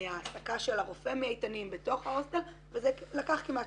ההעסקה של הרופא מאיתנים בתוך ההוסטל וזה לקח כמעט